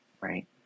right